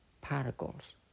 particles